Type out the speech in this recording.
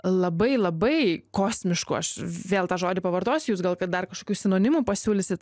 labai labai kosmišku aš vėl tą žodį pavartosiu jūs gal kad dar kažkokių sinonimų pasiūlysit